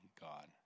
God